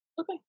Okay